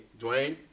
Dwayne